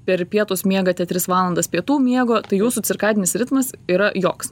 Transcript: per pietus miegate tris valandas pietų miego tai jūsų cirkadinis ritmas yra joks